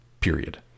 period